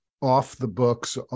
off-the-books